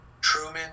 Truman